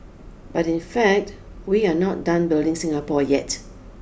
but in fact we are not done building Singapore yet